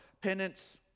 penance